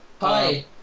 Hi